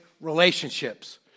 relationships